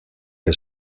que